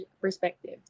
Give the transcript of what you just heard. perspective